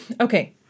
Okay